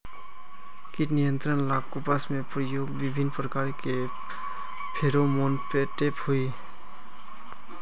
कीट नियंत्रण ला कपास में प्रयुक्त विभिन्न प्रकार के फेरोमोनटैप होई?